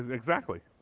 exactly.